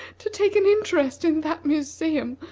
to take an interest in that museum.